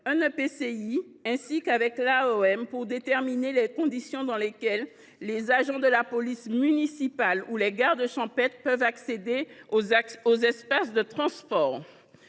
de la mobilité (AOM) pour déterminer les conditions dans lesquelles les agents de la police municipale ou les gardes champêtres pourront accéder aux espaces de transport.